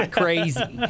crazy